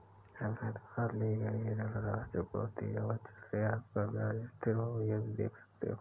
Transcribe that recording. अपने द्वारा ली गई ऋण राशि, चुकौती अवधि, चाहे आपका ब्याज स्थिर हो, आदि देख सकते हैं